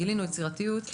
גיליתם יצירתיות.